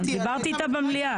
דיברתי איתה במליאה.